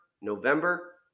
November